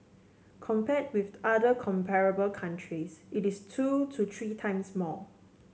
compared with other comparable countries it is two to three times more